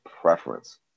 preference